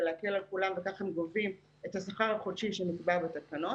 להקל על כולם וכך הם גובים את השכר החודשי שנקבע בתקנות.